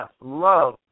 love